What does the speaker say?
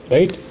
Right